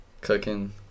Cooking